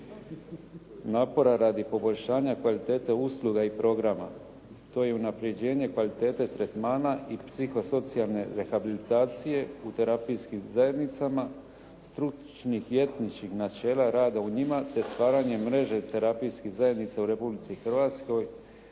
napora radi poboljšanja kvalitete usluga i programa. To je unapređenje kvalitete tretmana i psihosocijalne rehabilitacije u terapijskim zajednicama, stručnih i etničkih načela rada u njima te stvaranje mreže terapijskih zajednica u Republici Hrvatskoj